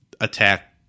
attack